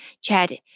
Chad